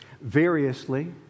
Variously